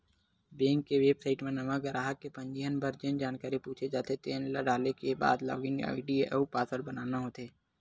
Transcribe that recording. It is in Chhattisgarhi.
बेंक के बेबसाइट म नवा गराहक के पंजीयन बर जेन जानकारी पूछे जाथे तेन ल डाले के बाद लॉगिन आईडी अउ पासवर्ड बनाना होथे